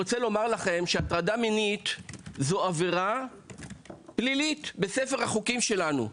הטרדה מינית היא עבירה פלילית בספר החוקים שלנו.